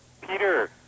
Peter